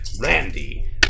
Randy